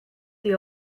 the